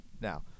now